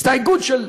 הסתייגות של,